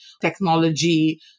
technology